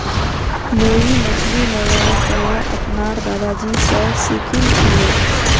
मुई मछली मरवार कला अपनार दादाजी स सीखिल छिले